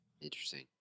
Interesting